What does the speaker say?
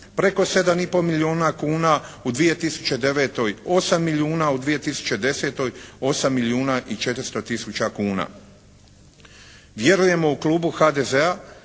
preko 7,5 milijuna kuna, u 2009. 8 milijuna, u 2010. 8 milijuna i 400 tisuća kuna. Vjerujemo u klubu HDZ-a